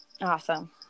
awesome